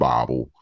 Bible